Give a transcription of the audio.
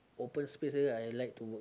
open space area I like to work